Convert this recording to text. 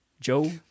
Joe